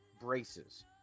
braces